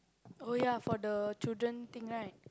oh ya for the children thing right